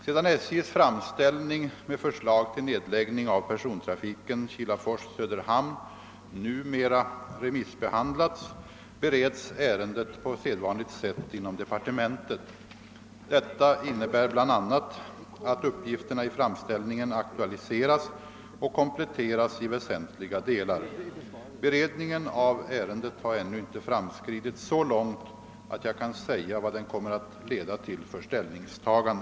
Sedan SJ:s framställning med förslag till nedläggning av persontrafiken Kilafors—Söderhamn numera remissbehandlats, bereds ärendet på sedvanligt sätt inom departementet. Detta innebär bl.a. att uppgifterna i framställningen aktualiseras och kompletteras i väsentliga delar. Beredningen av ärendet har ännu inte framskridit så långt, att jag kan säga vad den kommer att leda till för ställningstagande.